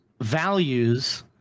values